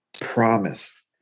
promise